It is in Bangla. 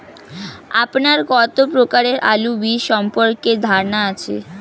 আপনার কত প্রকারের আলু বীজ সম্পর্কে ধারনা আছে?